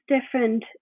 different